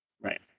Right